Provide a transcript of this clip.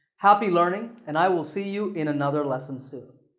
happy learning and i will see you in another lesson soon.